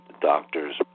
doctors